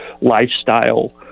lifestyle